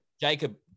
Jacob